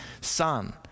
son